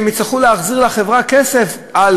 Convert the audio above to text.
הן יצטרכו להחזיר לחברה כסף על,